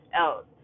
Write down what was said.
else